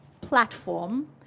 platform